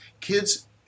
Kids